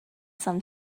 some